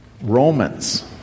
Romans